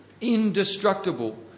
indestructible